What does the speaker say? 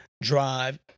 Drive